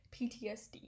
PTSD